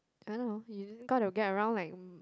don't know you got to get around like